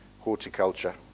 horticulture